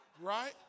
Right